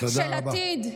של עתיד,